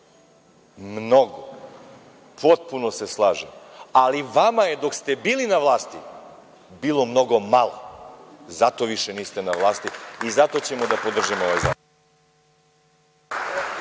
novca, potpuno se slažem, ali vama je dok ste bili na vlasti bilo mnogo malo. Zato više niste na vlasti i zato ćemo da podržimo ovaj zakon.